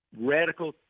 radical